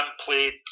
played